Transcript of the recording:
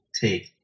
take